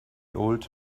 old